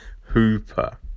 Hooper